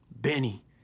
Benny